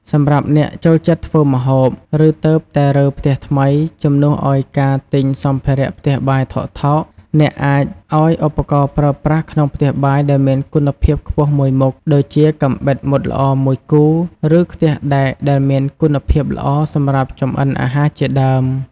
សម្រាប់អ្នកចូលចិត្តធ្វើម្ហូប ឬទើបតែរើផ្ទះថ្មី ជំនួសឱ្យការទិញសម្ភារៈផ្ទះបាយថោកៗ អ្នកអាចឱ្យឧបករណ៍ប្រើប្រាស់ក្នុងផ្ទះបាយដែលមានគុណភាពខ្ពស់មួយមុខ ដូចជាកាំបិតមុតល្អមួយគូ ឬខ្ទះដែកដែលមានគុណភាពល្អសម្រាប់ចម្អិនអាហារជាដើម។